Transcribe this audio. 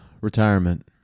retirement